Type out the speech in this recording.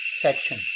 section